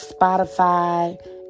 Spotify